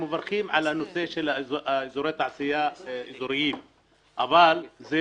אנחנו מברכים על הנושא של אזורי התעשייה האזוריים אבל זה